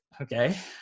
okay